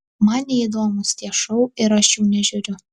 man neįdomūs tie šou ir aš jų nežiūriu